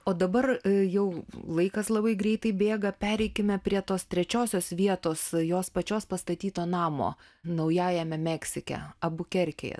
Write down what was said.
o dabar jau laikas labai greitai bėga pereikime prie tos trečiosios vietos jos pačios pastatyto namo naujajame meksike abukerkėje